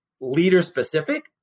leader-specific